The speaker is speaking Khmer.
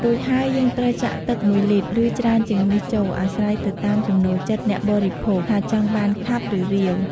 រួចហើយ យើងត្រូវចាក់ទឹក១លីត្រ ឬច្រើនជាងនេះចូល អាស្រ័យទៅតាមចំណូលចិត្តអ្នកបរិភោគ ថាចង់បានខាប់ ឬ រាវ។